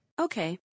Okay